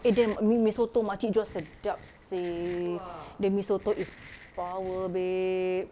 eh then mi mi soto makcik jual sedap seh the mi soto is power babe